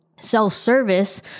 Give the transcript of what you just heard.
self-service